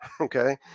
Okay